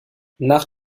nach